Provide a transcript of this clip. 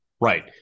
Right